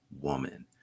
woman